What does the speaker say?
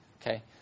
Okay